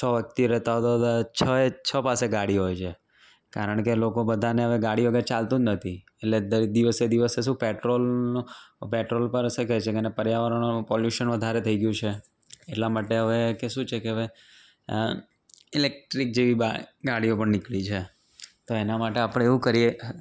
છ વ્યક્તિ રહેતા હોય તો છએ છ પાસે ગાડી હોય છે કારણ કે લોકો બધાને હવે ગાડી વગર ચાલતું જ નથી એટલે દ દિવસે દિવસે શું પેટ્રોલનું પેટ્રોલ પર અસર કરે છે અને પર્યાવરણનું પોલ્યુસન વધારે થઈ ગયું છે એટલા માટે હવે કે શું છે હવે ઇલેક્ટ્રિક જેવી બા ગાડીઓ પણ નીકળી છે તો એના માટે આપણે એવું કરીએ